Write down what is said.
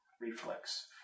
Reflex